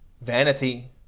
vanity